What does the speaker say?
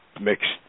mixed